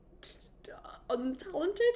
untalented